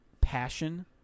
passion